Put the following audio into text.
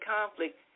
conflict